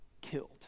killed